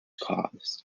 cause